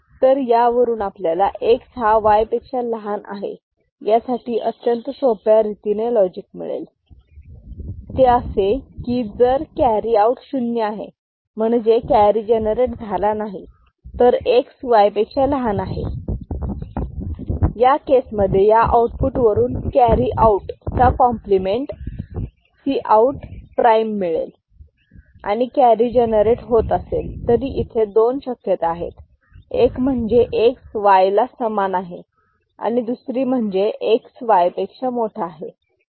तर यावरून आपल्याला X हा Y पेक्षा लहान आहे यासाठी अत्यंत सोप्या रीतीने लॉजिक मिळेल ते असे की जर कॅरी आउट शून्य आहे म्हणजे कॅरी जनरेट झाला नाही तर X Y पेक्षा लहान आहे या केसमध्ये या आउटपुट वरून कॅरी आऊट चा कॉम्प्लिमेंट Cout प्राईम Cout मिळेल आणि कॅरी जनरेट होत असेल तरी इथे दोन शक्यता आहेत एक म्हणजे X Yला समान आहे आणि दुसरी म्हणजे X Y पेक्षा मोठा आहे